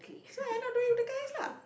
so I'm not going with the guys lah